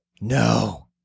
no